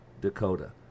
Dakota